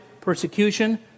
persecution